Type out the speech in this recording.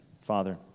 Father